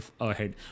ahead